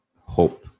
hope